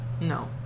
No